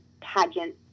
pageant